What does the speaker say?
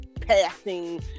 passing